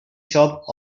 shop